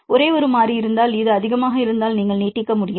ஒரே ஒரு மாறி இருந்தால் அது அதிகமாக இருந்தால் நீங்கள் நீட்டிக்க முடியும்